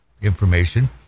information